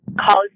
college